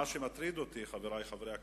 מה שמטריד אותי, חברי חברי הכנסת,